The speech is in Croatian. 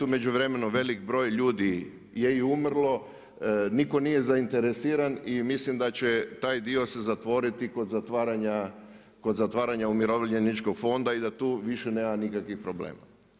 U međuvremenu velik broj ljudi je i umrlo, nitko nije zainteresiran i mislim da će ta dio se zatvoriti kod zatvaranja umirovljeničkog fonda i da tu više nema nikakvih problema.